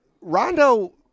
Rondo